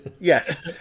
Yes